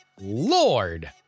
Lord